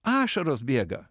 ašaros bėga